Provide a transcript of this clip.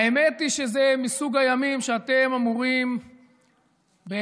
האמת היא שזה מסוג הימים שאתם אמורים באמת,